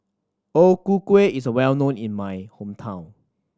O Ku Kueh is well known in my hometown